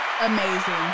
Amazing